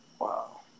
Wow